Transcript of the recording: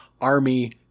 army